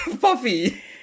Puffy